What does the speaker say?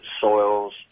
soils